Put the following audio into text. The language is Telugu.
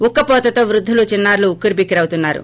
ఉక్కవోతతో వృద్యలు చిన్నారులు ఉక్కిరిచిక్కిరి అవుతున్నారు